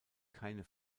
keine